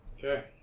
Okay